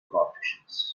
coefficients